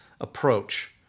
approach